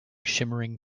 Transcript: shimmering